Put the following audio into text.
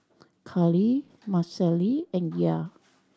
Carlie Marcelle and Yair